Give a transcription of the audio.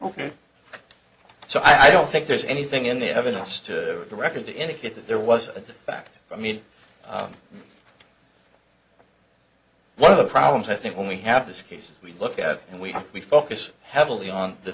ok so i don't think there's anything in the evidence to the record to indicate that there was a de facto i mean i don't one of the problems i think when we have this case we look at it and we we focus heavily on the